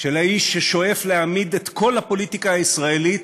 של האיש ששואף להעמיד את כל הפוליטיקה הישראלית